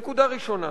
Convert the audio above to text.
נקודה ראשונה,